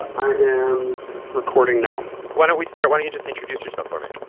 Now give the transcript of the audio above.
i am recording now why don't we start why don't you just introduce yourself for me?